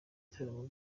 ibiganiro